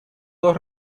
dos